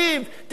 תיקחו,